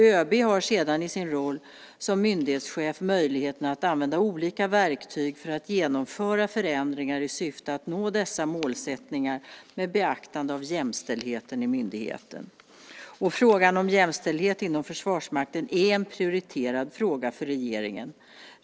ÖB har sedan i sin roll som myndighetschef möjligheten att använda olika verktyg för att genomföra förändringar i syfte att nå dessa målsättningar, med beaktande av jämställdheten i myndigheten. Frågan om jämställdhet inom Försvarsmakten är en prioriterad fråga för regeringen.